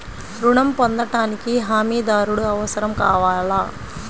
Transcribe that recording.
ఋణం పొందటానికి హమీదారుడు అవసరం కావాలా?